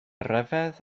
ryfedd